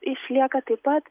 išlieka taip pat